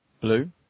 Blue